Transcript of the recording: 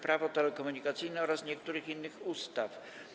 Prawo telekomunikacyjne oraz niektórych innych ustaw.